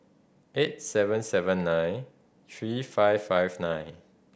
eight seven seven nine three five five nine